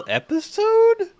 episode